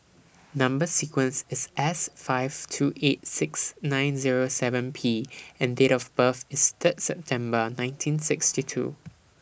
Number sequence IS S five two eight six nine Zero seven P and Date of birth IS Third September nineteen sixty two